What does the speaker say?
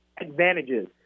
advantages